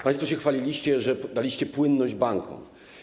Państwo się chwaliliście, że daliście płynność bankom.